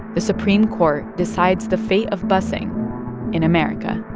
the supreme court decides the fate of busing in america